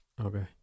okay